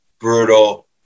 brutal